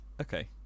Okay